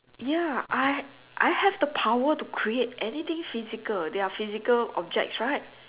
ya I I have the power to create anything physical they are physical objects right